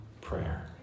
prayer